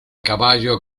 caballo